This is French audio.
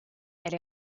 elle